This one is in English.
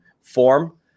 form